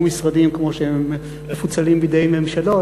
משרדים כמו שהם מפוצלים בידי ממשלות,